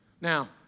Now